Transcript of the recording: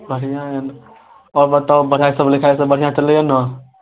बढ़िआँ आओर बताउ पढ़ाइ सभ लिखाइ सभ बढ़िआँ चलैए ने